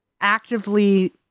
actively